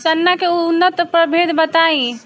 चना के उन्नत प्रभेद बताई?